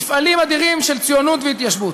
מפעלים אדירים של ציונות והתיישבות.